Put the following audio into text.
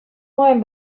nuen